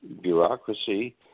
bureaucracy